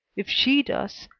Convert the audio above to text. if she does,